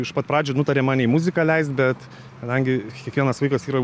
iš pat pradžių nutarė mane į muziką leist bet kadangi kiekvienas vaikas yra